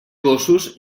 gossos